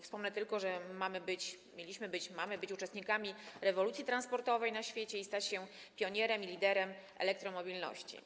Wspomnę tylko, że mieliśmy być i mamy być uczestnikami rewolucji transportowej na świecie i stać się pionierem i liderem elektromobilności.